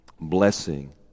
blessing